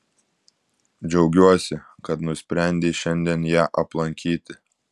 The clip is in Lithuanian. džiaugiuosi kad nusprendei šiandien ją aplankyti